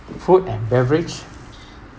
food and beverage